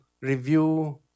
review